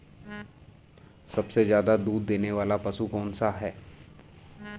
सबसे ज़्यादा दूध देने वाला पशु कौन सा है?